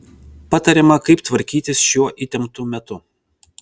patariama kaip tvarkytis šiuo įtemptu metu